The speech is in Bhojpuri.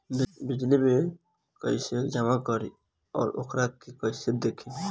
बिजली के बिल कइसे जमा करी और वोकरा के कइसे देखी?